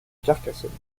carcassonne